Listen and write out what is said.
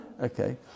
Okay